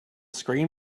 screen